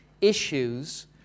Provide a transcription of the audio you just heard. issues